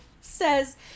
says